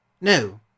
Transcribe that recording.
No